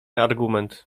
argument